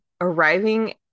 arriving